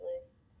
lists